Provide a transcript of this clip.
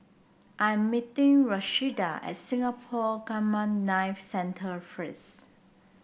I am meeting Rashida at Singapore Gamma Knife Centre first